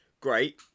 Great